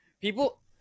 people